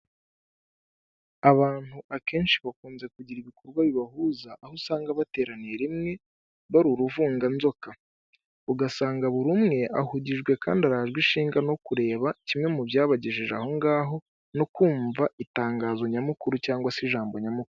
Abantu akenshi bakunze kugira ibikorwa bibahuza aho usanga bateraniye rimwe bari uruvunganzoka ugasanga buri umwe ahugijwe kandi arajwe ishinga no kureba kimwe mu byabagejeje ahongaho no kumva itangazo nyamukuru cyangwa se ijambo nyamukuru.